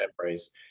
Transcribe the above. memories